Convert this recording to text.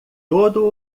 todo